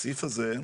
הסעיף הזה,